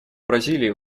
бразилии